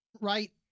Right